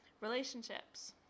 relationships